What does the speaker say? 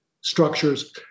structures